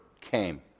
came